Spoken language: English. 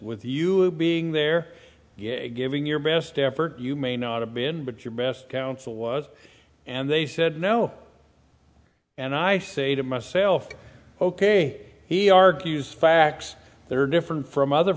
with you being there giving your best effort you may not have been but your best counsel was and they said no and i say to myself ok he argues facts that are different from other